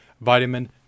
vitamin